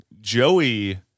Joey